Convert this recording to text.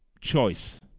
choice